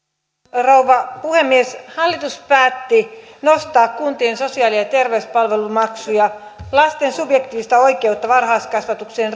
rouva puhemies hallitus päätti nostaa kuntien sosiaali ja ja terveyspalvelumaksuja lasten subjektiivista oikeutta varhaiskasvatukseen